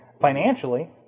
financially